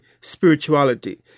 spirituality